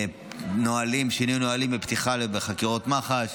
שינוי נהלים בפתיחה של חקירות מח"ש.